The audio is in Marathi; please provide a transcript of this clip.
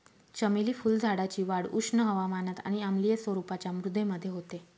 चमेली फुलझाडाची वाढ उष्ण हवामानात आणि आम्लीय स्वरूपाच्या मृदेमध्ये होते